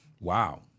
Wow